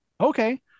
Okay